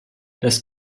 das